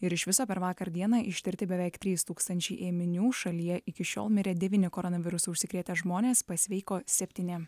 ir iš viso per vakar dieną ištirti beveik trys tūkstančiai ėminių šalyje iki šiol mirė devyni koronavirusu užsikrėtę žmonės pasveiko septyni